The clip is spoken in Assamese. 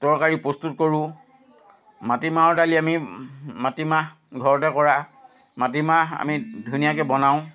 তৰকাৰী প্ৰস্তুত কৰোঁ মাটিমাহৰ দালি আমি মাটিমাহ ঘৰতে কৰা মাটিমাহ আমি ধুনীয়াকৈ বনাওঁ